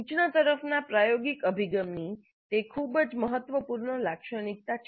સૂચના તરફના પ્રાયોગિક અભિગમની તે ખૂબ જ મહત્વપૂર્ણ લાક્ષણિકતા છે